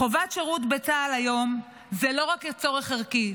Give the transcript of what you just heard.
חובת שירות בצה"ל היום היא לא רק צורך ערכי,